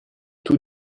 tout